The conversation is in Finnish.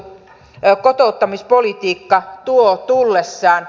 no kotouttamispolitiikka tuo tullessaan